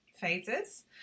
phases